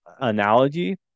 analogy